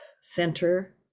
center